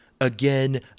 again